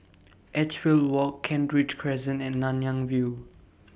Edgefield Walk Kent Ridge Crescent and Nanyang View